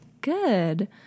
Good